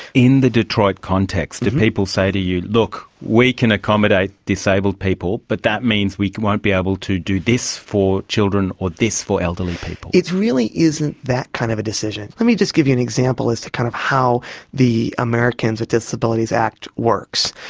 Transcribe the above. in the detroit context, do people say to you, look, we can accommodate disabled people but that means we won't be able to do this for children or this for elderly people'? it really isn't that kind of a decision. let me just give you an example as to kind of how the americans with disabilities act works.